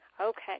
Okay